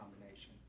combination